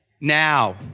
Now